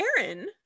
Aaron